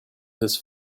his